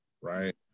right